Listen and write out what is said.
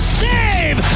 save